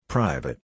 Private